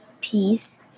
peace